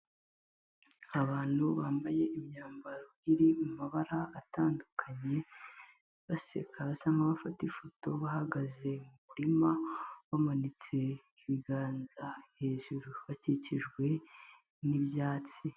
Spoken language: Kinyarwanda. Abantu bambaye imyambaro iri mu mabara atandukanye, baseka basa nk'aho bafata ifoto bahagaze mu murima, bamanitse ibiganza hejuru bakikijwe n'ibyatsi.